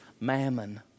mammon